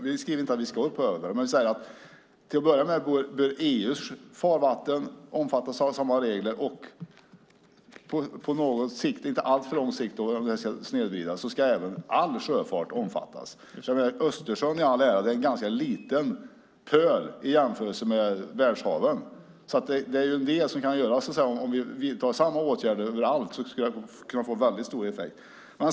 Vi skriver inte att vi ska upphäva det, men vi säger att till att börja med bör EU:s farvatten omfattas av samma regler och på inte alltför lång sikt ska all sjöfart omfattas om det inte ska snedvridas. Östersjön i all ära - det är en ganska liten pöl i jämförelse med världshaven. Det är alltså en del som kan göras. Om vi vidtar samma åtgärder överallt skulle det kunna få väldigt stor effekt.